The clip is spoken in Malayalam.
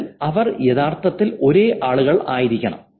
അതിനാൽ അവർ യഥാർത്ഥത്തിൽ ഒരേ ആളുകളായിരിക്കണം